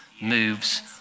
moves